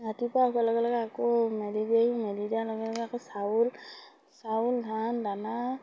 ৰাতিপুৱা হোৱাৰ লগে লগে আকৌ মেলি দিওঁ মেলে দিয়াৰ লগে লগে আকৌ চাউল চাউল ধান দানা